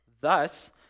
Thus